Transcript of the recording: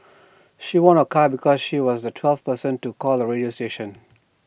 she won A car because she was the twelfth person to call the radio station